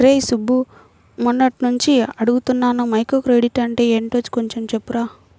రేయ్ సుబ్బు, మొన్నట్నుంచి అడుగుతున్నాను మైక్రోక్రెడిట్ అంటే యెంటో కొంచెం చెప్పురా